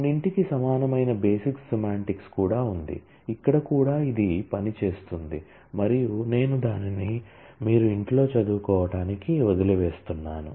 కొన్నింటికి సమానమైన basic semantics కూడా ఉంది ఇక్కడ కూడా ఇది పని చేస్తుంది మరియు నేను దానిని మీరు ఇంట్లో చదువుకోటానికి వదిలివేస్తున్నాను